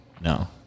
No